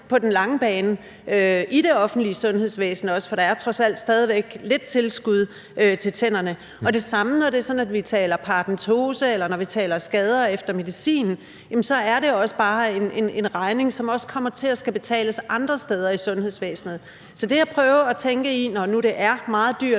på den lange bane, også i det offentlige sundhedsvæsen. For der er trods alt også stadig væk lidt tilskud til tænderne. Og det er det samme, når vi taler paradentose, eller når vi taler skader efter medicin: Det er også bare en regning, som også kommer til at skulle betales andre steder i sundhedsvæsenet. Så det, jeg prøver at gøre, når nu det er meget dyrt